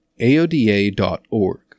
aoda.org